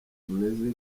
tumeze